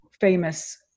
famous